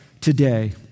today